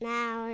Now